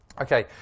Okay